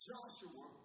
Joshua